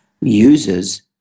users